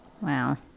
wow